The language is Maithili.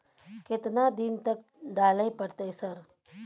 केतना दिन तक डालय परतै सर?